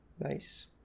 nice